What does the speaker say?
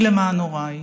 אני למען הוריי,